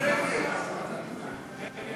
הצעת סיעת יש עתיד